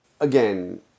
Again